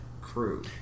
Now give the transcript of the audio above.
crew